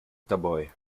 тобой